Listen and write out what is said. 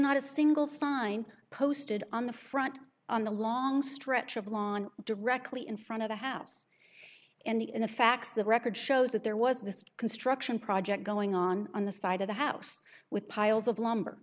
not a single sign posted on the front on the long stretch of lawn directly in front of the house and the in the facts the record shows that there was this construction project going on on the side of the house with piles of lumber